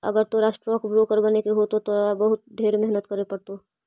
अगर तोरा stock broker बने के हो त तोरा ढेर मेहनत करे पड़तो